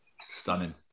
Stunning